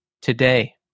today